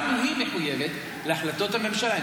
גם היא מחויבת להחלטות הממשלה.